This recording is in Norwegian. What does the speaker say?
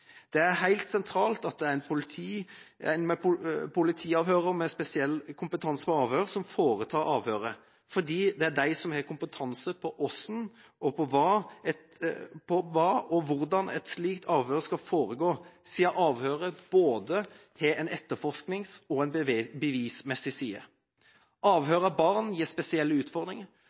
Det er helt sentralt at det er en politiavhører med kompetanse på avhør som foretar avhøret, for det er de som har kompetanse på hvordan et slikt avhør skal foregå. Avhøret har jo både en etterforskningsmessig og en bevismessig side. Avhør av barn gir spesielle utfordringer,